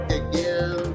again